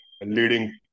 leading